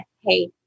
Hey